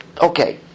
okay